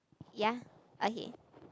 ya okay